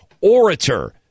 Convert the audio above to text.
orator